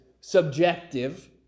subjective